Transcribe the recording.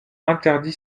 interdit